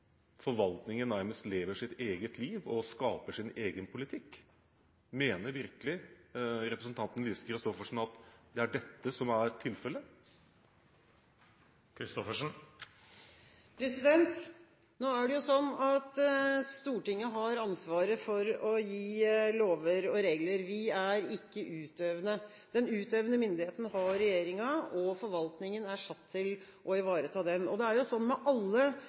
forvaltningen nærmest lever sitt eget liv og skaper sin egen politikk? Mener virkelig representanten Lise Christoffersen at det er dette som er tilfellet? Nå er det jo sånn at Stortinget har ansvaret for å gi lover og regler. Vi er ikke utøvende. Den utøvende myndighet har regjeringen. Forvaltningen er satt til å ivareta dette, og det er jo sånn med alle